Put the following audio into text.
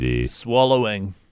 swallowing